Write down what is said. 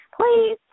please